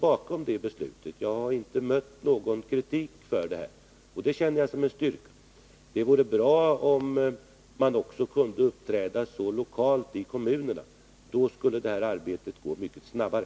Jag har inte på riksplanet mött någon kritik för det beslutet, och det känner jag som en styrka. Det vore bra om man också kunde uppträda så lokalt, i kommunerna. Då skulle det här arbetet gå mycket snabbare.